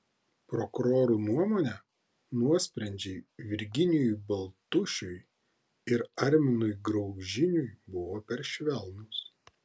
prokurorų nuomone nuosprendžiai virginijui baltušiui ir arminui graužiniui buvo per švelnūs